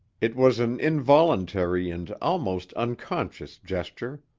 it was an involuntary and almost unconscious gesture.